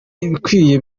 ibikwiye